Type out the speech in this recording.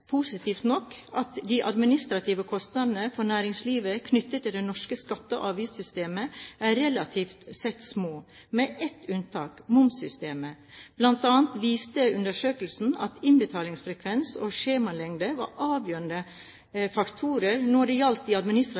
positivt nok, at de administrative kostnadene for næringslivet knyttet til det norske skatte- og avgiftssystemet, relativt sett er små, med ett unntak: momssystemet. Blant annet viste undersøkelsen at innbetalingsfrekvens og skjemalengde var avgjørende faktorer når det gjaldt de